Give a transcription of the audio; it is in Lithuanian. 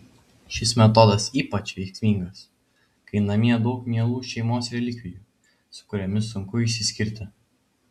šis metodas ypač veiksmingas kai namie daug mielų šeimos relikvijų su kuriomis sunku išsiskirti